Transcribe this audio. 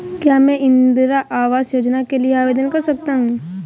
क्या मैं इंदिरा आवास योजना के लिए आवेदन कर सकता हूँ?